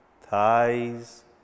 thighs